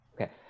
Okay